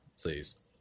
Please